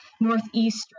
northeastern